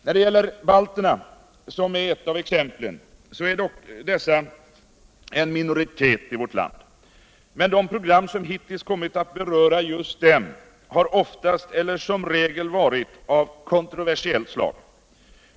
När det gäller balterna -— som är ett av exemplen — är dock dessa en minoritet i vårt land, men de program som hittills har kommit att beröra just dem har oftast eller som regel varit av kontroversiellt slag.